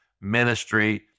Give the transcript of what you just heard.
ministry